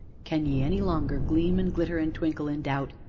can ye any longer gleam and glitter and twinkle in doubt?